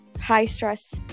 high-stress